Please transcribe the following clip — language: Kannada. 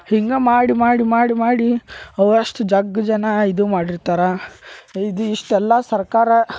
ಹಿಂಗೆ ಮಾಡಿ ಮಾಡಿ ಮಾಡಿ ಮಾಡಿ ಅವಷ್ಟು ಜಗ್ ಜನ ಇದು ಮಾಡಿರ್ತಾರೆ ಇದು ಇಷ್ಟೆಲ್ಲಾ ಸರ್ಕಾರ